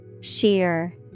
Sheer